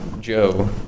Joe